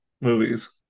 movies